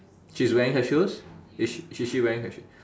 she's wearing her shoes is she she wearing her shoe